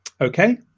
Okay